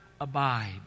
abide